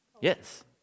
yes